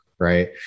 Right